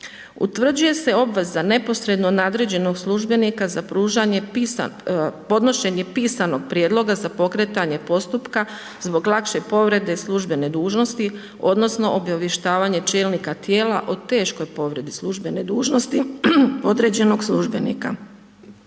Utvrđuje se obveza neposredno nadređenog službenika za pružanje, podnošenje pisanog prijedloga za pokretanje postupaka zbog lakše povrede službene dužnosti, odnosno, obavještavanje čelnika tijela, o teškoj povredi službene dužnosti, određenog službenika.